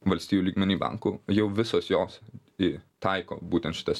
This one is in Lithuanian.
valstijų lygmeny bankų jau visos jos į taiko būtent šitas